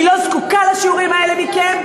אני לא זקוקה לשיעורים האלה מכם.